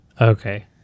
Okay